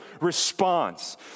response